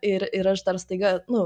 ir ir aš dar staiga nu